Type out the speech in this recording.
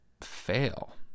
fail